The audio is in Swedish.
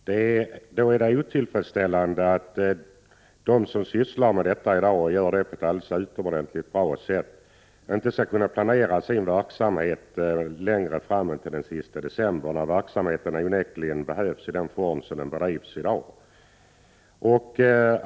Det är otillfredsställande att de som sysslar med detta i dag och som gör det på ett utomordentligt bra sätt inte skall kunna planera sin verksamhet längre fram än till den sista december, trots att verksamheten i den form som den har i dag onekligen behövs.